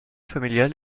familial